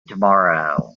tomorrow